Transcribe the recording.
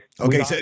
Okay